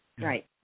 Right